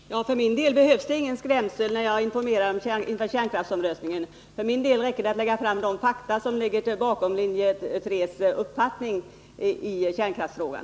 Herr talman! För min del behöver jag ingen skrämselpropaganda när jag informerar inför folkomröstningen. Det räcker med att lägga fram de fakta som ligger bakom linje 3:s uppfattning i kärnkraftsfrågan.